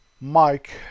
Mike